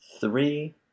three